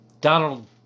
Donald